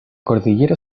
cordillera